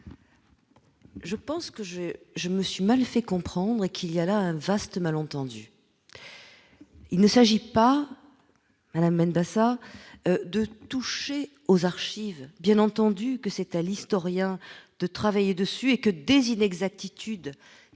Je pense que je, je me suis mal fait comprendre qu'il y a là un vaste malentendu, il ne s'agit pas madame mandat ça de toucher aux archives bien entendu que c'est à l'historien de travailler dessus et que des inexactitudes.